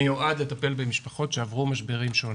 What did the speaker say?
מיועד לטפל במשפחות שעברו משברים שונים.